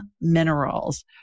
Minerals